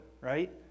right